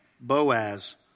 Boaz